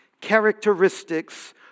characteristics